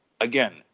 again